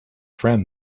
friend